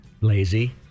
Lazy